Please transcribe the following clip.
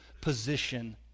position